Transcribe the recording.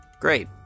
Great